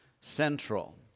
central